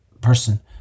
person